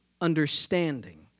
understanding